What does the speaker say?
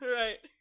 right